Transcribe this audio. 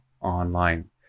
online